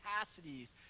capacities